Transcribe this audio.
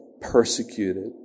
persecuted